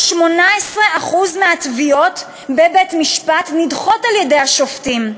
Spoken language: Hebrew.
רק 18% מהתביעות בבית-משפט נדחות על-ידי השופטים.